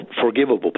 forgivable